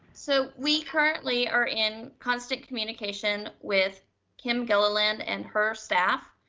so we currently are in constant communication with kim gilliland and her staff